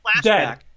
flashback